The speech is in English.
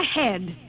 ahead